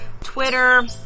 Twitter